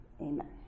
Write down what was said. Amen